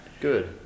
Good